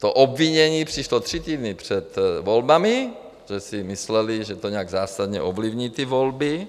to obvinění přišlo tři týdny před volbami, protože si mysleli, že to nějak zásadně ovlivní volby.